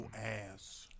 ass